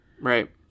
Right